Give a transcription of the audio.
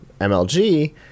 MLG